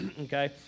okay